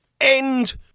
end